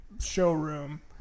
showroom